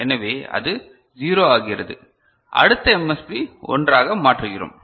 எனவே அது 0 ஆகிறது அடுத்த MSB 1 ஆக மாற்றுகிறோம்